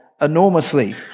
enormously